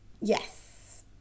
Yes